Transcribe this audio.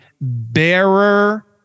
bearer